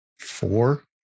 four